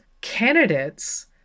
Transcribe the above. candidates